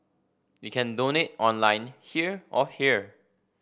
you can donate online here or here